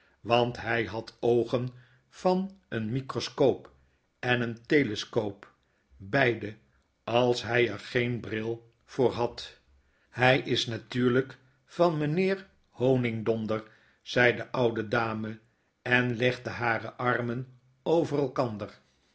want hij had oogen van een microscoop en een telescoop beide als hy er geen bril voor had hij is natuurlp van mijnheer honigdonder zei de oude dame en legde hare armen over elkander